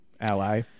Ally